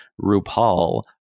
rupaul